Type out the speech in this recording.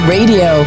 Radio